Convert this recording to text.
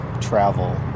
travel